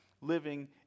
Living